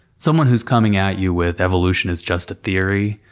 someone who's coming at you with evolution is just a theory